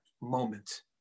moment